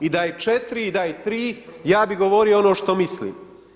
I da je 4 i da je 3 ja bih govorio ono što mislim.